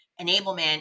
enablement